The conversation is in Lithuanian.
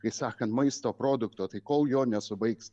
kai sakant maisto produkto tai kol jo nesubaigs